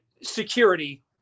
security